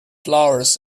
flowers